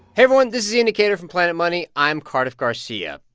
everyone. this is the indicator from planet money. i'm cardiff garcia.